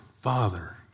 father